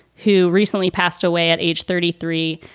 who recently passed away at age thirty three.